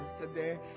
today